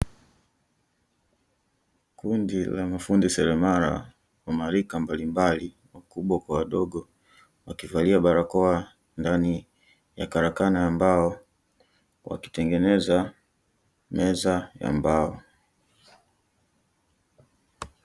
Kundi la mafundi seremala wa marika mbalimbali, wakubwa kwa wadogo, wakivalia barakoa ndani ya karakana ya mbao, wakitengeneza meza ya mbao.